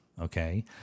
okay